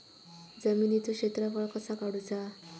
जमिनीचो क्षेत्रफळ कसा काढुचा?